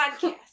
podcast